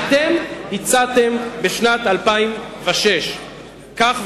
שאתם הצעתם בשנת 2006. כך,